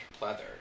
leather